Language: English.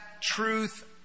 truth